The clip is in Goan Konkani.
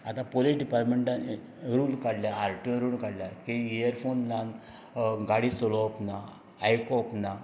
आतां पुलीस डिपार्टमेंटान रूल काडला आर टी ओन रूल काडला की इयरफोन लावन गाडी चलोवप ना आयकप ना